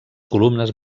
columnes